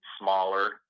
smaller